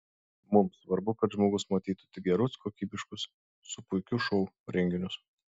mums svarbu kad žmogus matytų tik gerus kokybiškus su puikiu šou renginius